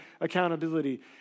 accountability